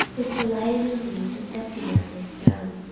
which delighted in thee to set thee on his throne,